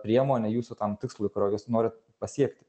priemonė jūsų tam tikslui kuro jūs norit pasiekti